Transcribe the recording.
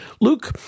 Luke